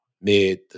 mid